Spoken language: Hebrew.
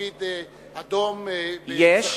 מגן-דוד-אדום בסח'נין?